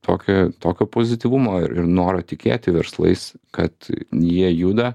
tokio tokio pozityvumo ir noro tikėti verslais kad jie juda